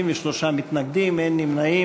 53 מתנגדים, אין נמנעים.